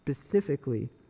specifically